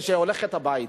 כשהיא הולכת הביתה.